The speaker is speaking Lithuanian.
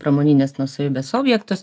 pramoninės nuosavybės objektus